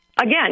Again